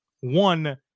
one